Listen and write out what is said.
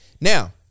Now